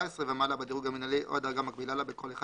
ומעלה בדירוג המנהלי או דרגה מקבילה לה בכל אחד